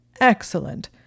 Excellent